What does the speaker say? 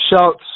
shouts